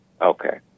Okay